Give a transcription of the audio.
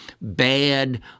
bad